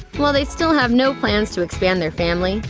while they still have no plans to expand their family,